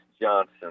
Johnson